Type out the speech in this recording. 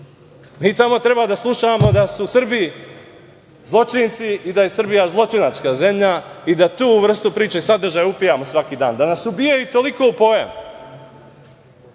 tamo treba da slušamo da su u Srbiji zločinci i da je Srbija zločinačka zemlja i da tu vrstu priče, sadržaja, upijamo svaki dan, da nas ubijaju toliko u pojam